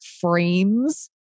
frames